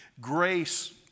Grace